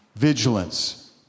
Vigilance